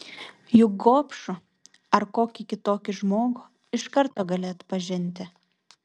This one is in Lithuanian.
juk gobšų ar kokį kitokį žmogų iš karto gali atpažinti